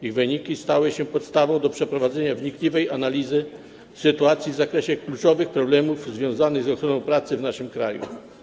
Ich wyniki stały się podstawą do przeprowadzenia wnikliwej analizy sytuacji w zakresie kluczowych problemów związanych z ochroną pracy w naszym kraju.